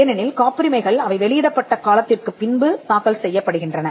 ஏனெனில் காப்புரிமைகள் அவை வெளியிடப்பட்ட காலத்திற்குப் பின்பு தாக்கல் செய்யப்படுகின்றன